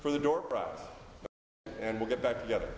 for the door prize and we'll get back together